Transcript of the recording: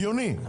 הגיוני.